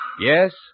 Yes